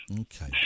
Okay